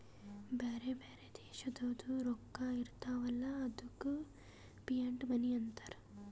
ಬ್ಯಾರೆ ಬ್ಯಾರೆ ದೇಶದೋರ್ದು ರೊಕ್ಕಾ ಇರ್ತಾವ್ ಅಲ್ಲ ಅದ್ದುಕ ಫಿಯಟ್ ಮನಿ ಅಂತಾರ್